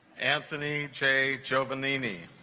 anthony j joe venini